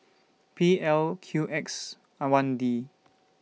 P L Q X and one D